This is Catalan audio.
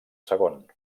segon